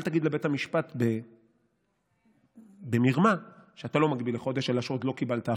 אל תגיד לבית המשפט במרמה שאתה לא מגביל לחודש אלא שעוד לא קיבלת החלטה.